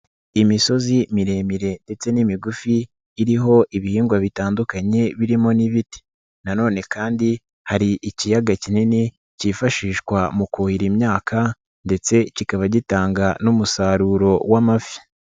Imisozi miremire ndetse n'imigufi iriho ibihingwa bitandukanye birimo n'ibiti, nanone kandi hari ikiyaga kinini kifashishwa mu kuhira imyaka ndetse kikaba gitanga n'umusaruro w'amafi.